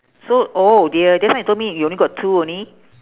so oh dear just now you told me you only got two only